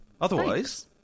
Otherwise